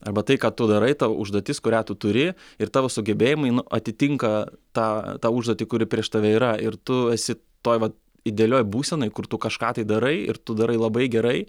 arba tai ką tu darai tau užduotis kurią tu turi ir tavo sugebėjimai atitinka tą tą užduotį kuri prieš tave yra ir tu esi toj vat idealioj būsenoj kur tu kažką tai darai ir tu darai labai gerai